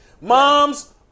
moms